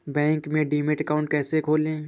Bank में demat account कैसे खोलें?